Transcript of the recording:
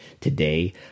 today